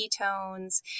ketones